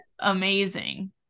amazing